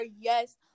yes